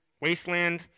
wasteland